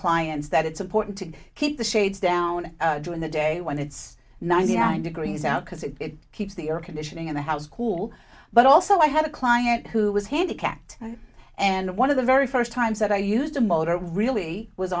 clients that it's important to keep the shades down during the day when it's ninety nine degrees out because it keeps the air conditioning in the house cool but also i had a client who was handicapped and one of the very first times that i used a motor was really was